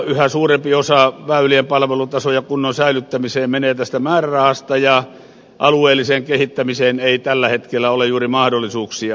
yhä suurempi osa väylien palvelutason ja kunnon säilyttämiseen menee tästä määrärahasta ja alueelliseen kehittämiseen ei tällä hetkellä ole juuri mahdollisuuksia